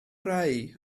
rhai